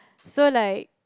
so like